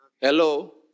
Hello